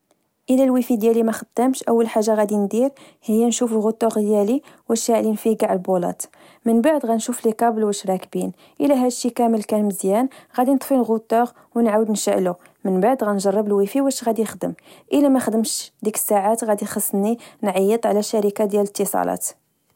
إلا الويفي ديالي مخدامش، أول حاجة غدي ندير هي نشوف الغتوغ ديالي واش شاعلين فيه چاع البولات، من بعد غدي نشوف لكابل واش راكبين، إلا هادشي كامل كان مزيان، غدي نطفي غتوغ ونعود نشعلو، من بعد غدي نجرب الويفي واش غدي يخدم، إلا مخدمش ديك الساعات غدي خصني نعيط على شركة ديال الإتصالات